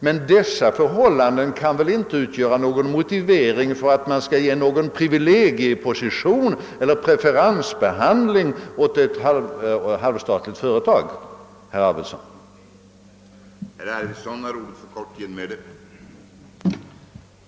Men detta kan väl inte utgöra någon motivering för att ge privilegieposition eller preferensbehandling åt ett halvstatligt företag, herr Arvidson.